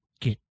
get